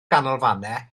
ganolfannau